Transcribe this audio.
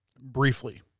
briefly